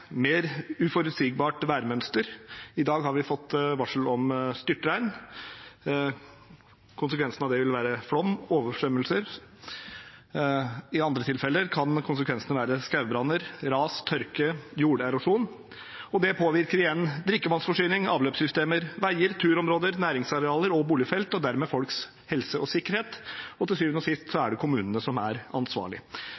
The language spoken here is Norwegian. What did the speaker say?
mer uforutsigbart værmønster. I dag har vi fått varsel om styrtregn. Konsekvensen av det vil være flom og oversvømmelser. I andre tilfeller kan konsekvensene være skogbranner, ras, tørke og jorderosjon. Det påvirker igjen drikkevannsforsyning, avløpssystemer, veier, turområder, næringsarealer og boligfelt, og dermed folks helse og sikkerhet, og til syvende og sist